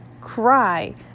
cry